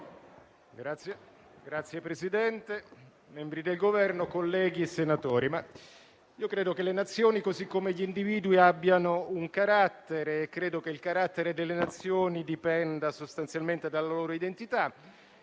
Signor Presidente, membri del Governo, colleghi senatori, credo che le Nazioni, così come gli individui, abbiano un carattere. Credo che il carattere delle Nazioni dipenda sostanzialmente dalle loro identità